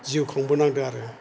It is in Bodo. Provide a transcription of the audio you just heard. जिउ खांबोनांदों आरो